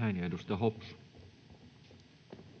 [Speech 131]